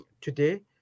today